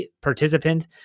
participant